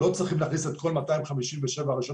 לא צריך להכניס את כל 257 הרשויות